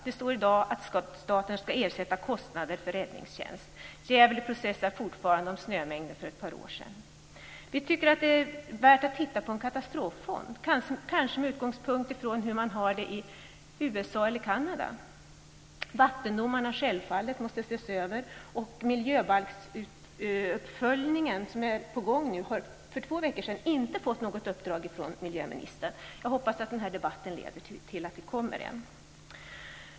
Det står i dag att staten ska ersätta kostnader för räddningstjänsten. Gävle processar fortfarande om vem som ska ersätta de merkostnader som snöovädret för ett par år sedan orsakade. Vi tycker att det är värt att titta på en katastroffond, kanske med utgångspunkt i hur man har det i t.ex. USA och Kanada. Vattendomarna måste självfallet ses över. Och kommittén som nu arbetar med miljöbalksuppföljningen hade för två veckor sedan inte fått något uppdrag från miljöministern. Jag hoppas att denna debatt leder till att det kommer.